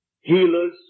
healers